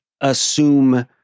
assume